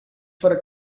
for